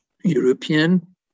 European